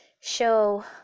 show